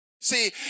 see